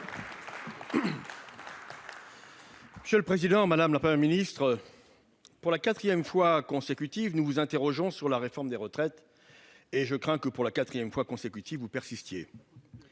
et Républicain. Madame la Première ministre, pour la quatrième semaine consécutive, nous vous interrogeons sur la réforme des retraites. Et je crains que, pour la quatrième fois consécutive, vous ne persistiez